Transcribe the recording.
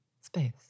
space